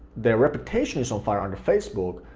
their reputation is on fire under facebook,